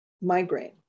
migraine